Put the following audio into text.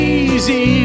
easy